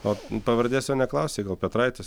o pavardės jo neklausei gal petraitis